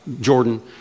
Jordan